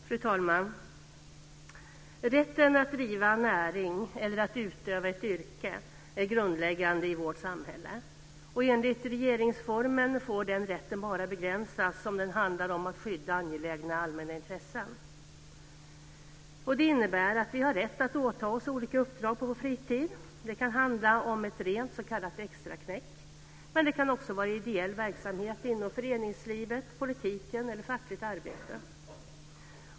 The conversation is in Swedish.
Fru talman! Rätten att driva näring eller att utöva ett yrke är grundläggande i vårt samhälle. Enligt regeringsformen får den rätten bara begränsas om det handlar om att skydda angelägna allmänna intressen. Det innebär att vi har rätt att åta oss olika uppdrag på vår fritid. Det kan handla om ett rent s.k. extraknäck, men det kan också vara ideell verksamhet inom föreningslivet, politiken eller fackligt arbete.